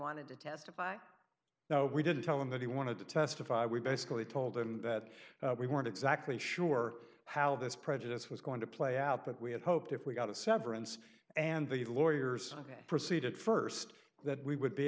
wanted to testify now we didn't tell him that he wanted to testify we basically told him that we weren't exactly sure how this prejudice was going to play out but we had hoped if we got a severance and the lawyers that proceeded st that we would be